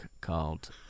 called